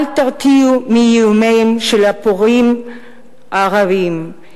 אל תירתעו מאיומיהם של הפורעים הערבים,